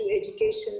education